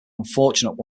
unfortunate